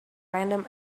random